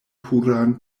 puran